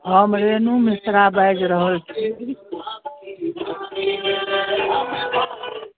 हम रेनू मिश्रा बाजि रहल छी